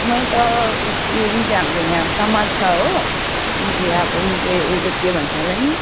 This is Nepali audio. मैले त उयो जुन चाहिँ हाम्रो यहाँ समाज छ हो जुन चाहिँ अब जुन चाहिँ एउटा के भन्छ यसलाई